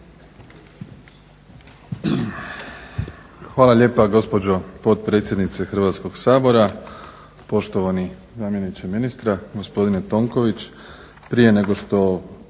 Hvala lijepa. Gospođo potpredsjednice Hrvatskoga sabora, gospodine zamjeniče ministra. Pa evo